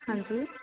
ਹਾਂਜੀ